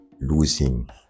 losing